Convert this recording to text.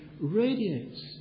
radiates